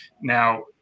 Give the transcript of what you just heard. Now